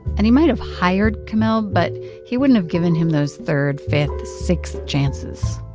and he might have hired kamel, but he wouldn't have given him those third, fifth, sixth chances.